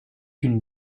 une